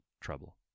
trouble